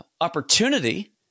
opportunity